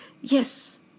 Yes